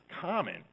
common